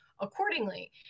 accordingly